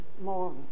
more